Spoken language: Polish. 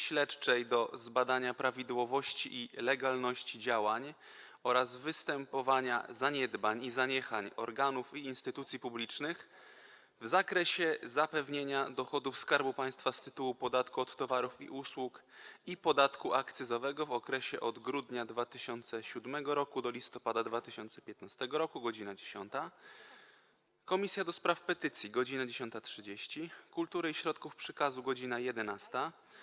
Śledczej do zbadania prawidłowości i legalności działań oraz występowania zaniedbań i zaniechań organów i instytucji publicznych w zakresie zapewnienia dochodów Skarbu Państwa z tytułu podatku od towarów i usług i podatku akcyzowego w okresie od grudnia 2007 r. do listopada 2015 r. - godz. 10, - do Spraw Petycji - godz. 10.30, - Kultury i Środków Przekazu - godz. 11,